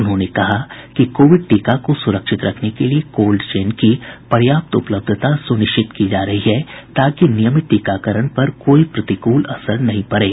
उन्होंने कहा कि कोविड टीका को सुरक्षित रखने के लिये कोल्ड चेन की पर्याप्त उपलब्धता सुनिश्चित की जा रही है ताकि नियमित टीकाकरण पर कोई प्रतिकूल असर नही पड़े